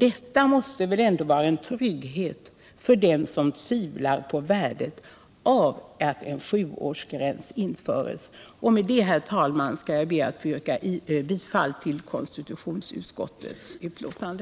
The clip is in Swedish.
Detta måste väl ändå vara en trygghet för dem som tvivlar på värdet av att en sjuårsgräns införs. Herr talman! Med det anförda ber jag att få yrka bifall till konstitutionsutskottets hemställan.